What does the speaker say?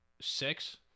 six